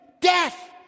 Death